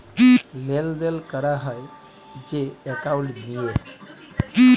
লেলদেল ক্যরা হ্যয় যে একাউল্ট দিঁয়ে